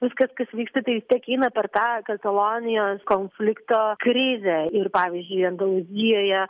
viskas kas vyksta tai vistiek eina per tą katalonijos konflikto krizę ir pavyzdžiui andalūzijoje